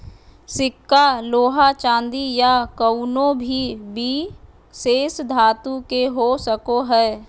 सिक्का लोहा चांदी या कउनो भी विशेष धातु के हो सको हय